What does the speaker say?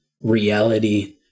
reality